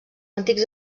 antics